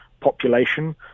population